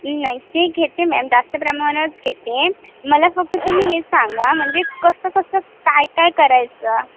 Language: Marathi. नाही ते घेते मॅम जास्त प्रमाणावरच घेते मला फक्त तुम्ही हे सांगा म्हणजे कसं कसं काय काय करायचं